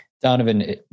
Donovan